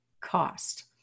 cost